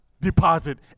Deposit